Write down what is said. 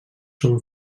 són